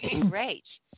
great